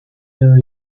tell